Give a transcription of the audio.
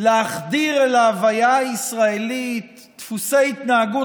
להחדיר אל ההוויה הישראלית דפוסי התנהגות,